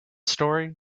story